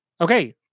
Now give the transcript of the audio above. Okay